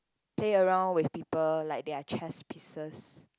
play around with people like they are chess pieces